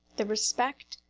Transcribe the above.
the respect,